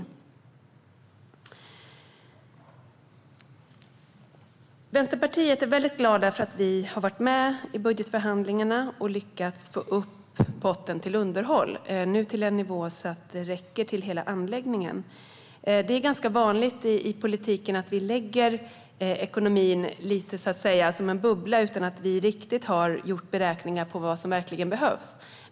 Vi i Vänsterpartiet är väldigt glada för att vi har varit med i budgetförhandlingarna och lyckats få upp potten till underhåll till en nivå så att det räcker till hela anläggningen. Det är ganska vanligt i politiken att vi lägger ekonomin lite grann som en bubbla utan att vi riktigt har gjort beräkningar på vad som verkligen behövs.